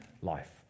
life